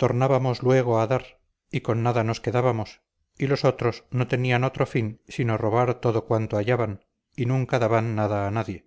tornábamos luego a dar y con nada nos quedábamos y los otros no tenían otro fin sino robar todo cuanto hallaban y nunca daban nada a nadie